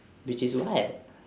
which is what